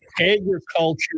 agriculture